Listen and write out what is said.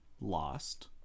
lost